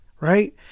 right